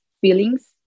feelings